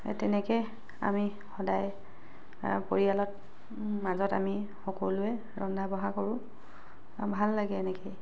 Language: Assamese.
সেই তেনেকৈ আমি সদায় পৰিয়ালত মাজত আমি সকলোৱে ৰন্ধা বঢ়া কৰো ভাল লাগে এনেকেই